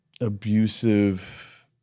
abusive